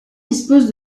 dispose